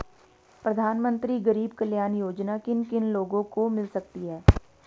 प्रधानमंत्री गरीब कल्याण योजना किन किन लोगों को मिल सकती है?